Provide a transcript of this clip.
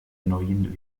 neuen